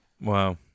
Wow